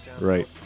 Right